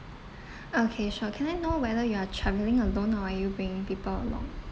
okay sure can I know whether you are travelling alone or are you bringing people along